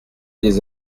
des